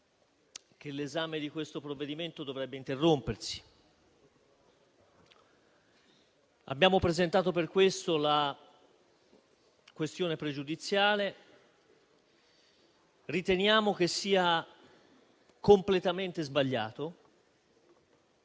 che l'esame di questo provvedimento dovrebbe interrompersi. Abbiamo presentato a tale scopo la questione pregiudiziale e riteniamo che esso sia completamente sbagliato,